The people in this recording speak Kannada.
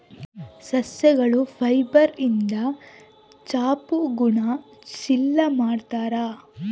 ಸಸ್ಯಗಳ ಫೈಬರ್ಯಿಂದ ಚಾಪೆ ಗೋಣಿ ಚೀಲ ಮಾಡುತ್ತಾರೆ